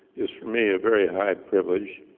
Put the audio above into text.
is for me, a very high privilege.